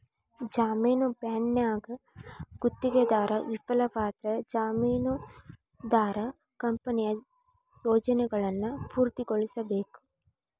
ಜಾಮೇನು ಬಾಂಡ್ನ್ಯಾಗ ಗುತ್ತಿಗೆದಾರ ವಿಫಲವಾದ್ರ ಜಾಮೇನದಾರ ಕಂಪನಿಯ ಯೋಜನೆಯನ್ನ ಪೂರ್ಣಗೊಳಿಸಬೇಕ